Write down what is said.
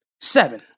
Seven